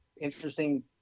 interesting